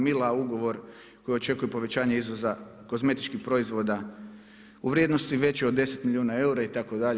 Mila ugovor koji očekuje povećanje izvoza kozmetičkih proizvoda u vrijednosti većoj od 10 milijuna eura itd.